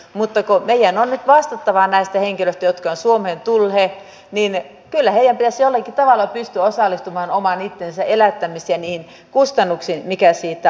mutta kun meidän on nyt vastattava näistä henkilöistä jotka ovat suomeen tulleet niin kyllä heidän pitäisi jollakin tavalla pystyä osallistumaan oman itsensä elättämiseen niihin kustannuksiin mitä siitä on